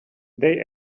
they